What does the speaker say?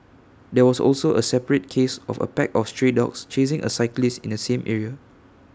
there was also A separate case of A pack of stray dogs chasing A cyclist in the same area